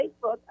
Facebook